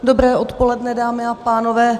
Dobré odpoledne, dámy a pánové.